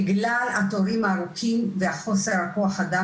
בגלל התורים הארוכים וחוסר כוח אדם